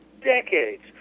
decades